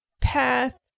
path